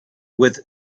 with